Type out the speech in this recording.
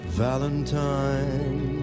valentine